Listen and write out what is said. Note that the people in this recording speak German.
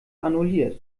annulliert